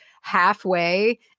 halfway